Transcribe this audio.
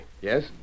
Yes